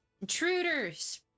intruders